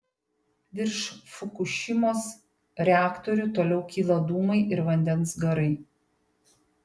virš fukušimos reaktorių toliau kyla dūmai ir vandens garai